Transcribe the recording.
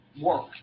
work